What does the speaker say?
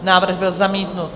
Návrh byl zamítnut.